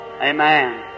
Amen